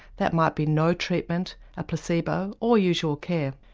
that might be no treatment, a placebo, or usual care.